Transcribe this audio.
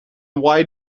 why